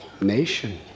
nation